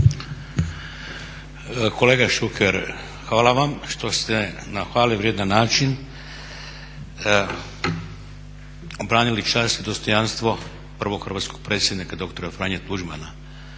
Kolega Šuker, hvala vam što ste na hvale vrijedan način obranili čast i dostojanstvo prvog hrvatskog predsjednika dr. Franje Tuđmana.